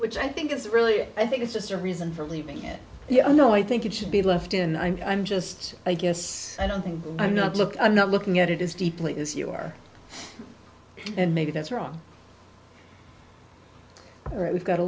which i think is really i think it's just a reason for leaving it you know i think it should be left in i'm just i guess i don't think i'm not look i'm not looking at it is deeply as you are and maybe that's wrong we've got a